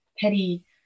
petty